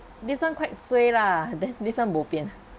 this one quite suay lah then this one bo pian